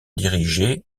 dirigée